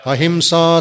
Ahimsa